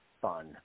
fun